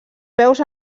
peus